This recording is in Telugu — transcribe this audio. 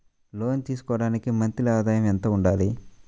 లోను తీసుకోవడానికి మంత్లీ ఆదాయము ఎంత ఉండాలి?